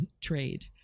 trade